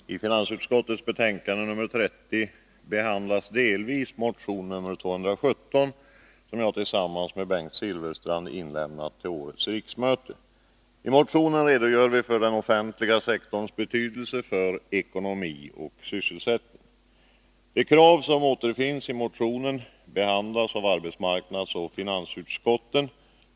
Herr talman! I finansutskottets betänkande nr 30 behandlas motion nr 217 delvis som jag tillsammans med Bengt Silfverstrand inlämnat till årets riksmöte. I motionen redogör vi för den offentliga sektorns betydelse för ekonomi och sysselsättning. De krav som återfinns i motionen behandlas av arbetsmarknadsoch finansutskotten.